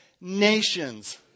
nations